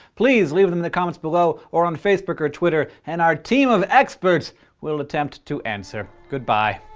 please leave them in the comments below, or on facebook or twitter. and our team of experts will attempt to answer. goodbye.